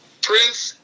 Prince